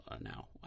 now